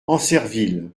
ancerville